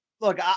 Look